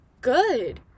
good